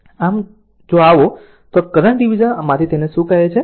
આમ જો આવો તો આવો કે કરંટ ડીવીઝન માંથી તેને શું કહે છે